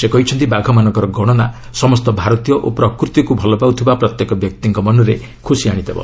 ସେ କହିଛନ୍ତି ବାଘମାନଙ୍କର ଗଣନା ସମସ୍ତ ଭାରତୀୟ ଓ ପ୍ରକୃତିକ୍ ଭଲ ପାଉଥିବା ପ୍ରତ୍ୟେକ ବ୍ୟକ୍ତିଙ୍କ ମନରେ ଖୁସି ଆଶିଦେବ